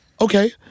okay